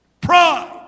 Pride